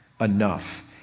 enough